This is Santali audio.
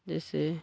ᱡᱮᱭᱥᱮ